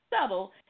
subtle